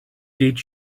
did